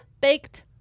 baked